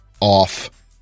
off